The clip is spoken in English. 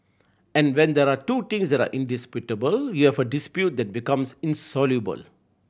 and when there are two things that are indisputable you have a dispute that becomes insoluble